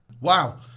Wow